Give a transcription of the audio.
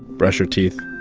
brush her teeth,